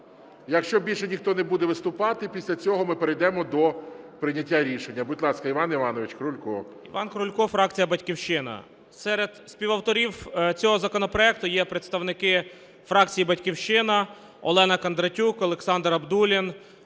Якщо більше ніхто не буде виступати, після цього ми перейдемо до прийняття рішення. Будь ласка, Іван Іванович Крулько. 13:11:28 КРУЛЬКО І.І. Іван Крулько, фракція "Батьківщина". Серед співавторів цього законопроекту є представники фракції "Батьківщина" Олена Кондратюк, Олександр Абдуллін,